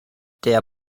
der